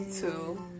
two